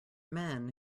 men